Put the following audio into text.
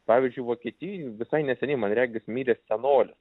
pavyzdžiui vokietijoj visai neseniai man regis mirė senolis